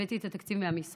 הבאתי את התקציב מהמשרד,